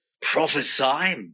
prophesy